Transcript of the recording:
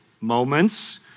moments